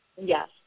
Yes